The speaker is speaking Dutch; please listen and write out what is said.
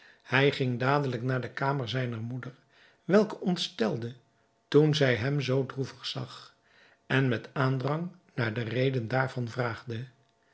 hij ging dadelijk naar de kamer zijner moeder welke ontstelde toen zij hem zoo droevig zag en met aandrang naar de reden daarvan vraagde